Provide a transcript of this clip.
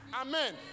Amen